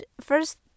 first